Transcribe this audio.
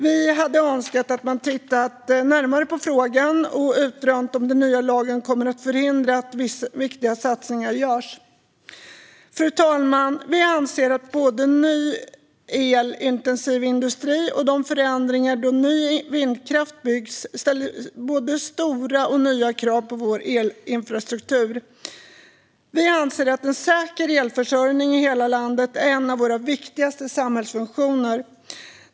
Vi hade önskat att man hade tittat närmare på frågan och utrönt om den nya lagen kommer att förhindra att viktiga satsningar görs. Fru talman! Vi anser att såväl ny elintensiv industri som de förändringar som sker då ny vindkraft byggs ställer stora och nya krav på vår elinfrastruktur. Vi anser också att en säker elförsörjning i hela landet är en av våra viktigaste samhällsfunktioner.